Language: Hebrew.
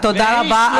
ותודה רבה.